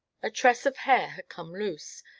a tress of hair had come loose,